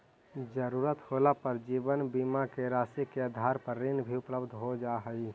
ज़रूरत होला पर जीवन बीमा के राशि के आधार पर ऋण भी उपलब्ध हो जा हई